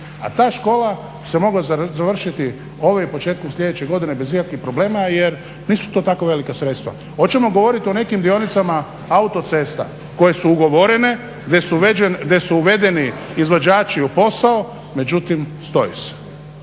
a ta škola se mogla završiti ove i početkom sljedeće godine bez ikakvih problema jer nisu to tako velika sredstva. Hoćemo govoriti o nekim dionicama autocesta koje su ugovorene, gdje su uvedeni izvođači u posao međutim stoji sve.